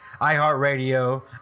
iHeartRadio